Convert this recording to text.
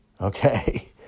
okay